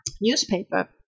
newspaper